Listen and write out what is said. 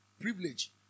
Privilege